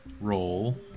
roll